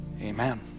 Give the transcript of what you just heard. Amen